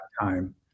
time